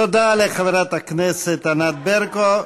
תודה לחברת הכנסת ענת ברקו.